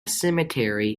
cemetery